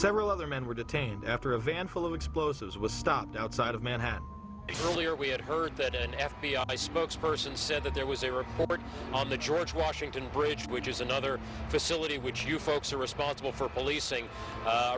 several other men were detained after a van full of explosives was stopped outside of manhattan really or we had heard that an f b i spokesperson said that there was a report on the george washington bridge which is another facility which you folks are responsible for policing